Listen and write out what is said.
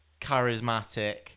charismatic